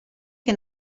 che